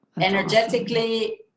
energetically